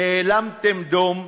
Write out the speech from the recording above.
נאלמתם דום,